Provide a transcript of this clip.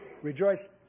Rejoice